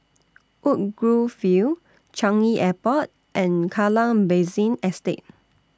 Woodgrove View Changi Airport and Kallang Basin Estate